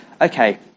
Okay